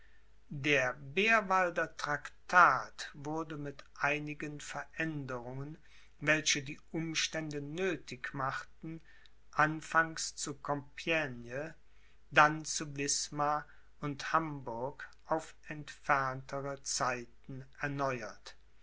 der bärwalder traktat wurde mit einigen veränderungen welche die umstände nöthig machten anfangs zu compiegne dann zu wismar und hamburg auf entferntere zeiten erneuert